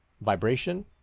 vibration